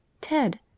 Ted